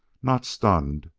not stunned,